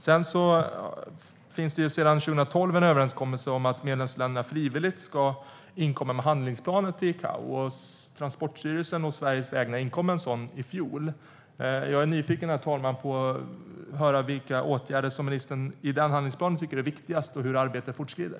Det finns sedan 2012 en överenskommelse om att medlemsländerna frivilligt ska inkomma med handlingsplaner till ICAO. Transportstyrelsen inkom å Sveriges vägnar med en sådan i fjol. Jag är nyfiken, herr talman, på att höra vilka åtgärder ministern tycker är viktigast i den handlingsplanen och hur arbetet fortskrider.